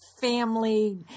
family